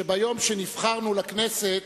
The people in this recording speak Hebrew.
זכור לי שביום שנבחרנו לכנסת